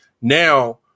Now